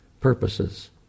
purposes